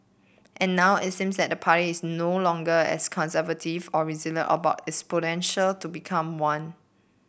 and now it seems that the party is no longer as conservative or about its potential to become one